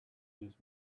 his